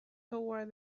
toward